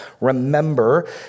Remember